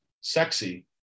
sexy